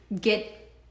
get